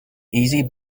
easy